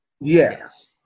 Yes